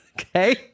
Okay